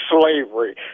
slavery